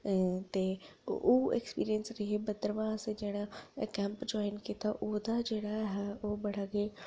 ओह् एक्सपिरिंस रेह् हे भद्रवाह असें जेह्ड़ा कैंप जाईन कीत्ता ओह्दा जेह्ड़ा ऐ हा ओह् बड़ा गै